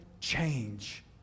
change